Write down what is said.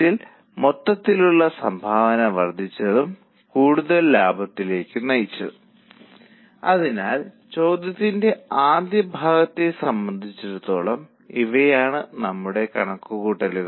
അതിനാൽ മെച്ചപ്പെട്ടതോ ഉയർന്നതോ ആയ ലാഭ കണക്കുകളുള്ള ഇതര ബജറ്റുകൾ കൊണ്ടുവരാൻ അവർ ഒരു വർക്കിംഗ് പാർട്ടിയോട് ആവശ്യപ്പെട്ടിട്ടുണ്ട്